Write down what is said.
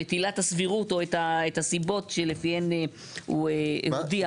עילת הסבירות או את הסיבות שלפיהן הוא הודיע --- מה?